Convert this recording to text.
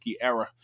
era